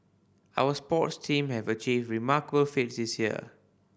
our sports team have achieved remarkable feats this year